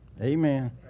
Amen